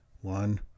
One